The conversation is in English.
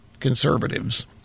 conservatives